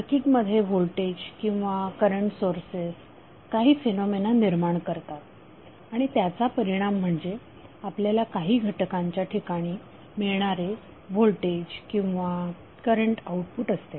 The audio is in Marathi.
सर्किट मध्ये व्होल्टेज किंवा करंट सोर्सेस काही फेनोमेना निर्माण करतात आणि त्याचा परिणाम म्हणजे आपल्याला काही घटकांच्या ठिकाणी मिळणारे होल्टेज किंवा करंट आउटपुट असते